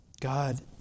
God